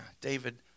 David